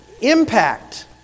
impact